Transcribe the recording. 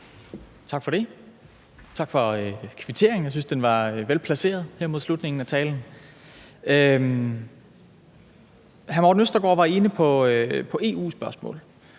Tak for det. Tak for kvitteringen. Jeg synes, den var velplaceret her mod slutningen af talen. Hr. Morten Østergaard var inde på EU-spørgsmålet.